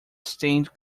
stained